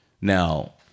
Now